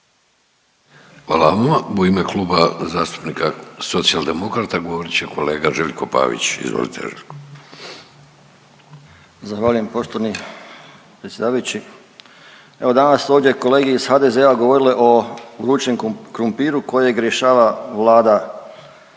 Hvala vama. U ime Kluba zastupnika Socijaldemokrata govorit će kolega Željko Pavić. Izvolite Željko. **Pavić, Željko (Socijaldemokrati)** Zahvaljujem poštovani predsjedavajući. Evo danas su ovdje kolege iz HDZ-a govorile o vrućem krumpiru kojeg rješava Vlada koja